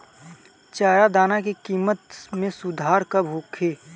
चारा दाना के किमत में सुधार कब होखे?